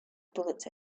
bullets